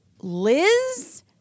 Liz